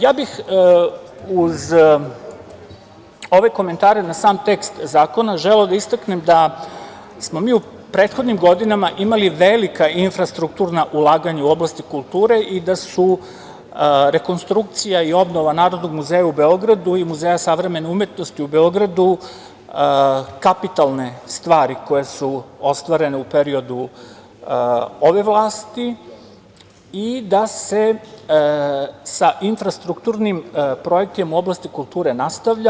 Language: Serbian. Ja bih uz ove komentare na sam tekst zakona, želeo da istaknem, da smo mi u prethodnim godinama imali velika infrastrukturna ulaganja u oblasti kulture i da su rekonstrukcija i obnova Narodnog muzeja u Beogradu i muzeja Savremene umetnosti u Beogradu kapitalne stvari koje su ostvarene u periodu ove vlasti i da se sa infrastrukturnim projektima u oblasti kulture nastavlja.